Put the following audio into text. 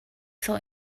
saw